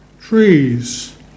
Trees